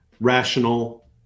rational